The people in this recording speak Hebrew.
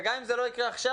וגם אם זה לא יקרה עכשיו,